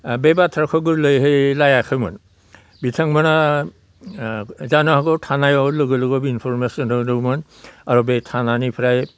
बे बाथ्राखौ गोरलैयै लायाखैमोन बिथांमोना जानो हागौ थानायाव लोगो लोगो इनफर्मेसन होदोंमोन आरो बे थानानिफ्राय